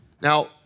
Now